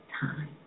time